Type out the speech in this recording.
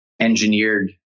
engineered